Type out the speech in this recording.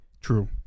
True